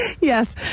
Yes